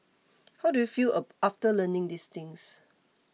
how do you feel after learning these things